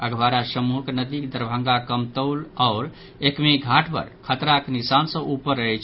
अधवारा समूहक नदी दरभंगाक कमतौल आओर एकमीघाट पर खतराक निशान सँ ऊपर अछि